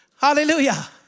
Hallelujah